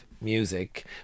music